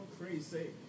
crazy